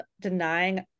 denying